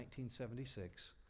1976